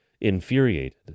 Infuriated